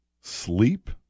Sleep